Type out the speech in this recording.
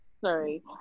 Sorry